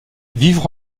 vivre